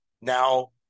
now